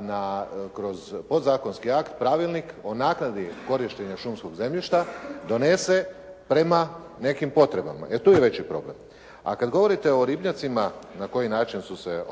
na, kroz podzakonski akt pravilnik o naknadi korištenja šumskog zemljišta donese prema nekim potrebama. E tu je veći problem. A kad govorite na ribnjacima na koji način su se